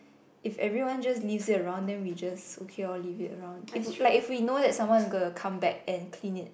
if everyone just leaves it around then we just okay loh leave it around if like if we know someone will come back and clean it